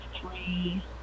three